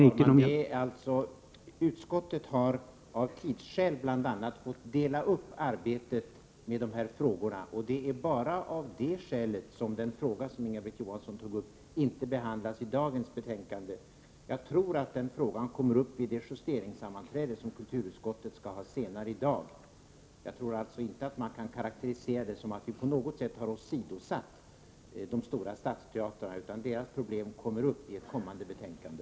Herr talman! Utskottet har bl.a. av tidsskäl fått dela upp arbetet med de här frågorna. Det är bara av det skälet som den fråga som Inga-Britt Johansson tog upp inte behandlas i dagens betänkande. Jag tror att frågan kommer upp i det justeringsammanträde som kulturutskottet skall ha senare i dag. Man kan inte karakterisera det så, att vi på något sätt har åsidosatt de stora stadsteatrarna. Deras problem tas alltså upp i ett senare betänkande.